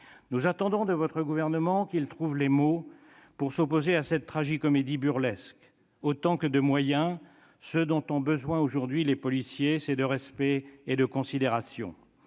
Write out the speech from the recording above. Nous attendons de votre gouvernement qu'il trouve les mots pour s'opposer à cette tragi-comédie burlesque. Autant que de moyens, les policiers ont aujourd'hui besoin de respect et de considération.